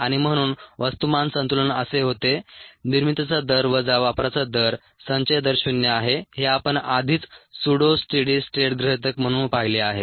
आणि म्हणून वस्तुमान संतुलन असे होते निर्मितीचा दर वजा वापराचा दर संचय दर शून्य आहे हे आपण आधीच सुडो स्टेडी स्टेट गृहितक म्हणून पाहिले आहे